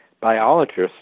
biologists